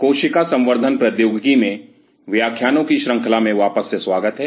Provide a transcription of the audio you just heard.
कोशिका संवर्धन प्रौद्योगिकी में व्याख्यानों की श्रंखला में वापस से स्वागत है